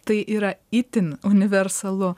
tai yra itin universalu